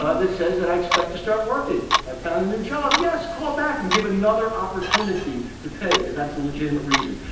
ah that says that i expect to start working, i found a new job. yes, call back and give another opportunity to pay, because that's a legitimate reason.